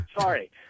Sorry